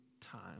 time